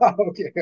Okay